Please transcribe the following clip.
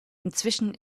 inzwischen